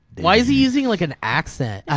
why is he using like an accent?